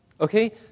Okay